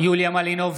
יוליה מלינובסקי,